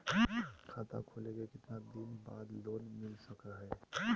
खाता खोले के कितना दिन बाद लोन मिलता सको है?